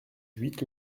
huit